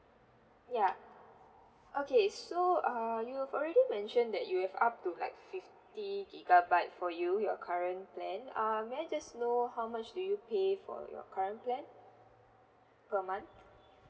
ya okay so err you've already mentioned that you have up to like fifty gigabyte for you your current plan err may I just know how much do you pay for your current plan per month